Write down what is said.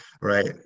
Right